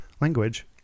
language